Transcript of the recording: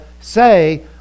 say